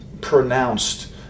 pronounced